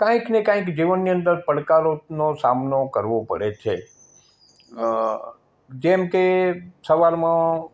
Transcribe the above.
કંઇક ને કંઇક જીવનની અંદર પડકારોનો સામનો કરવો પડે છે અં જેમ કે સવારમાં